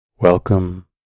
Welcome